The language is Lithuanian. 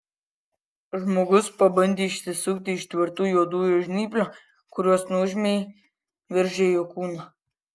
žmogus pabandė išsisukti iš tvirtų juodųjų žnyplių kurios nuožmiai veržė jo kūną